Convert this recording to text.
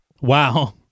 Wow